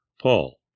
paul